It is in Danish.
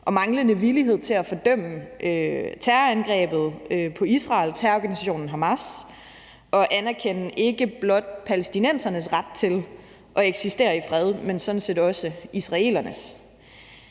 og manglende villighed til at fordømme terrorangrebet på Israel, terrororganisationen Hamas og at anerkende ikke blot palæstinensernes ret til at eksistere i fred, men sådan set også israelernes.